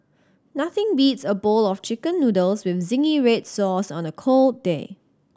nothing beats a bowl of Chicken Noodles with zingy red sauce on a cold day